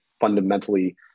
fundamentally